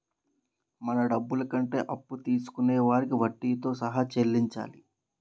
మన డబ్బులు కంటే అప్పు తీసుకొనే వారికి వడ్డీతో సహా చెల్లించాలి